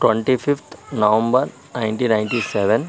twenty fifth November ninety ninety seven